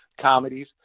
comedies